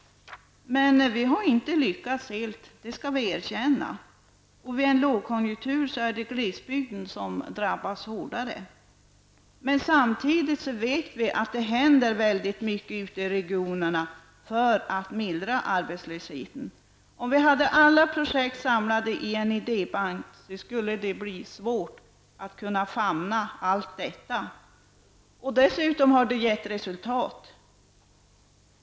Helt har vi inte lyckats, det skall vi erkänna. Vid en lågkonjunktur drabbas också glesbygden hårdare. Samtidigt vet vi att man ute i regionerna gör väldigt mycket för att mildra arbetslösheten. Om vi hade alla projekt samlade i en idébank, skulle det bli svårt att famna allt detta. Dessutom har det gett resultat.